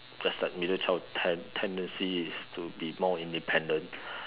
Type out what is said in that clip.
just like middle child tendency is to be more independent